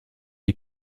die